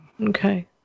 Okay